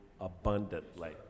abundantly